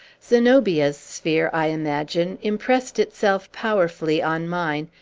zenobia's sphere, i imagine, impressed itself powerfully on mine,